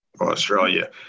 Australia